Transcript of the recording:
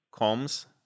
comms